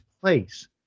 place